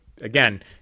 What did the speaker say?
again